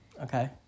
Okay